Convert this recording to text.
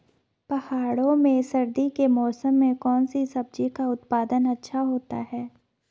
पहाड़ों में सर्दी के मौसम में कौन सी सब्जी का उत्पादन अच्छा होता है?